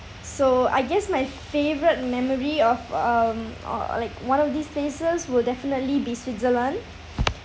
so I guess my favourite memory of um or like one of these places will definitely be switzerland